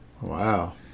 Wow